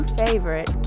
favorite